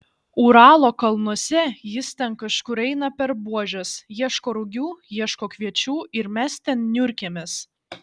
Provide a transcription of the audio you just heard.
uralo kalnuose jis ten kažkur eina per buožes ieško rugių ieško kviečių ir mes ten niurkėmės